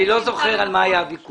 אני לא זוכר על מה היה הוויכוח.